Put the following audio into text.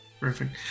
Perfect